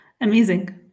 Amazing